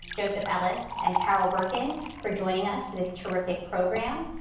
joseph ellis and carol berkin, for joining us for this terrific program.